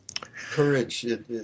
Courage